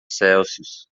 celsius